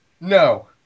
No